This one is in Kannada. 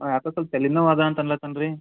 ಯಾಕೋ ಸ್ವಲ್ಪ ತಲೆನೋವು ಅದ ಅನ್ಲತ್ತಾನ್ರಿ